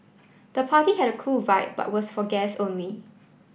the party had cool a vibe but was for guests only